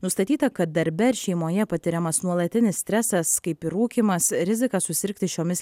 nustatyta kad darbe ar šeimoje patiriamas nuolatinis stresas kaip ir rūkymas riziką susirgti šiomis